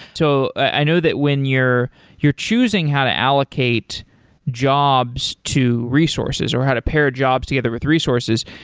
so i know that when you're you're choosing how to allocate jobs to resources, or how to pair jobs together with resources,